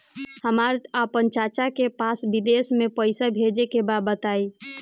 हमरा आपन चाचा के पास विदेश में पइसा भेजे के बा बताई